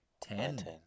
ten